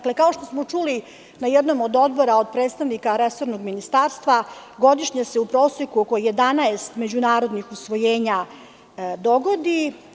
Kao što smo čuli na jednom od odbora, od predstavnika resornog ministarstva, godišnje se u proseku oko 11 međunarodnih usvojenja dogodi.